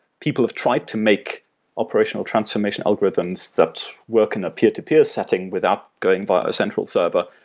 people have tried to make operational transformation algorithms that work in a peer-to-peer setting without going by a central server,